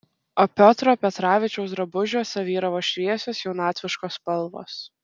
o piotro petravičiaus drabužiuose vyravo šviesios jaunatviškos spalvos